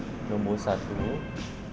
nombor satu